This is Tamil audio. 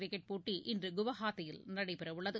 கிரிக்கெட் போட்டி இன்று கவுகாத்தியில் நடைபெறவுள்ளது